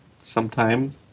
sometime